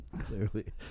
Clearly